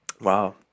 Wow